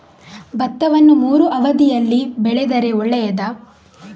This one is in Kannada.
ಭತ್ತವನ್ನು ಮೂರೂ ಅವಧಿಯಲ್ಲಿ ಬೆಳೆದರೆ ಒಳ್ಳೆಯದಾ?